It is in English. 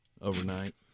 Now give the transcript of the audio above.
overnight